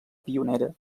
pionera